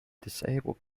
disabled